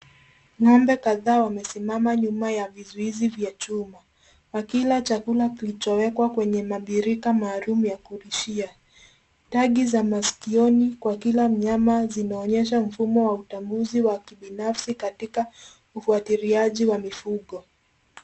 Ng'ombe kadhaa wamesimama nyuma ya vizuizi vya chuma wakila chakula kilichowekwa kwenye mabirika maalum ya kulishia. Tagi za masikioni kwa kila mnyama zinaonesha mfumo wa utambuzi wa kibinafsi katika ufuatiliaji wa mifugo.